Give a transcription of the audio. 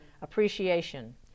Appreciation